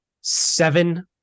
seven